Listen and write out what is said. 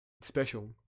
special